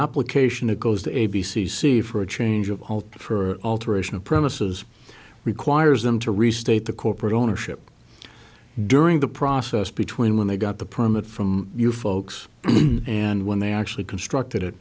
application it goes to a b c see for a change of heart for alteration of premises requires them to restate the corporate ownership during the process between when they got the permit from you folks and when they actually constructed